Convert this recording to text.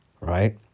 right